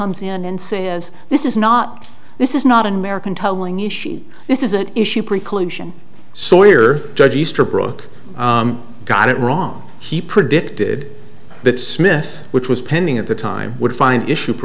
comes in and see this is not this is not an american telling issue this is an issue preclusion sawyer judge easterbrook got it wrong he predicted that smith which was pending at the time would find issue